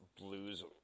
blues